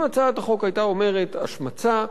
אם הצעת החוק היתה אומרת: השמצה,